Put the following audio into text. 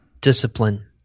Discipline